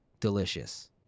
delicious